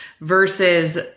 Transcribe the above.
Versus